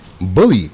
Bully